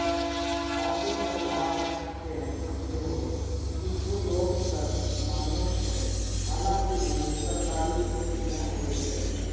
आर्थिक प्रभाव कें सेहो किछु लोक कर माने छै, हालांकि ऊ सरकारी शुल्क नै होइ छै